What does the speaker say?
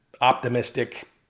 optimistic